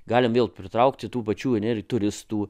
galim vėl pritraukti tų pačių ar ne ir turistų